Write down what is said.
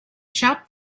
shop